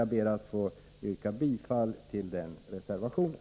Jag ber att få yrka bifall till den reservationen.